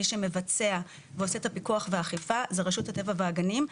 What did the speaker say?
מי שמבצע ועושה את הפיקוח והאכיפה זה רשות הטבע והגנים.